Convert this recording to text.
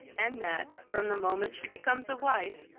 and that, from the moment she becomes a wife,